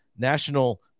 National